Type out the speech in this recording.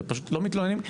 פשוט לא מתלוננים.